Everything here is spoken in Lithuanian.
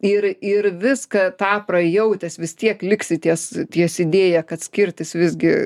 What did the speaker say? ir ir viską tą prajautęs vis tiek liksi ties ties idėja kad skirtis visgi